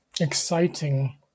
exciting